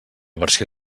versió